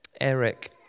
Eric